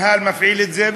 שהמינהל מפעיל את זה,